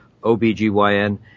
OBGYN